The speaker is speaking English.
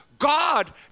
God